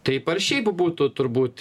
taip ar šiaip būtų turbūt